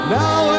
now